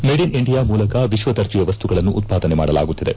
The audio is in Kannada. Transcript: ಮೇಡ್ ಇನ್ ಇಂಡಿಯಾ ಮೂಲಕ ವಿಶ್ವದರ್ಜೆಯ ವಸ್ತುಗಳನ್ನು ಉತ್ಪಾದನೆ ಮಾಡಲಾಗುತ್ತಿದೆ